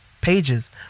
pages